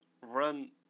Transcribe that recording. run